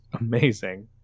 amazing